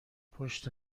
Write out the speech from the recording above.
پشت